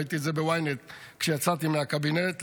ראיתי את זה ב-YNET כשיצאתי מהקבינט,